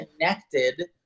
connected